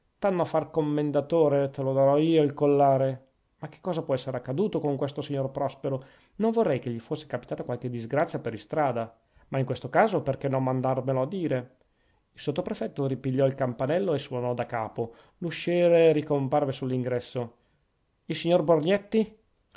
a far commendatore te lo darò io il collare ma che cosa può essere accaduto che questo signor prospero non vorrei che gli fosse capitata qualche disgrazia per istrada ma in questo caso perchè non mandarmelo a dire il sottoprefetto ripigliò il campanello e suonò da capo l'usciere ricomparve sull'ingresso il signor borgnetti